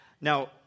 Now